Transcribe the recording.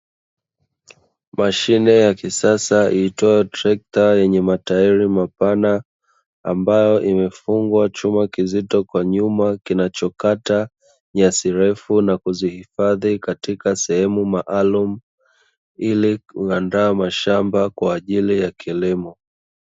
Mashine ya kisasa aina ya trekta ambayo ina matairi mapana ambayo kwa nyuma imefungwa mashine yenye kitako inayokata nyasi ndefu, na kuzihifadhi katika sehemu maalumu ili kuandaa mashamba kwajili ya kilimo.